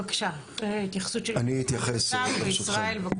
בבקשה, התייחסות שלך, ישראל, בבקשה.